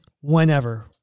whenever